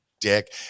Dick